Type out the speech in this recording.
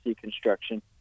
Construction